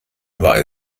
war